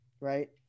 right